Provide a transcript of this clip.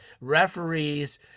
referees